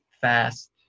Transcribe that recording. fast